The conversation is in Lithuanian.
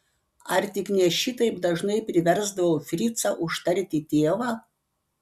ar tik ne šitaip dažnai priversdavau fricą užtarti tėvą